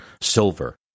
silver